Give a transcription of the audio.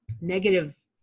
negative